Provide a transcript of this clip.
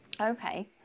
Okay